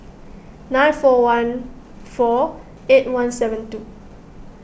nine four one four eight one seven two